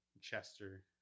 Chester